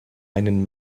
einen